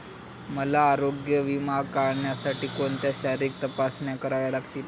मला आरोग्य विमा काढण्यासाठी कोणत्या शारीरिक तपासण्या कराव्या लागतील?